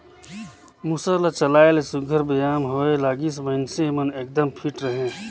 मूसर ल चलाए ले सुग्घर बेयाम होए लागिस, मइनसे मन एकदम फिट रहें